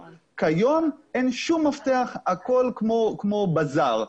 כיום אין שום מפתח והכול כמו בזאר.